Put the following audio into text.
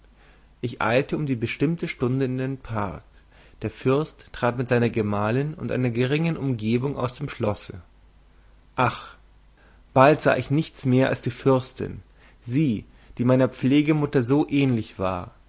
ich eilte um die bestimmte stunde in den park der fürst trat mit seiner gemahlin und einer geringen umgebung aus dem schlosse ach bald sah ich nichts mehr als die fürstin sie die meiner pflegemutter so ähnlich war